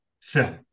film